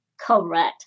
Correct